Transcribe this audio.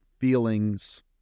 feelings